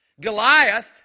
Goliath